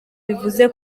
bivuze